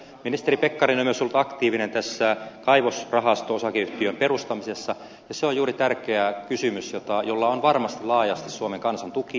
ministeri pekkarinen on myös ollut aktiivinen tässä kaivosrahasto osakeyhtiön perustamisessa ja se on juuri tärkeä kysymys jolla on varmasti laajasti suomen kansan tuki